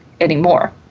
anymore